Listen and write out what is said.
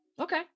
Okay